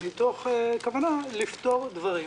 מתוך כוונה לפתור דברים.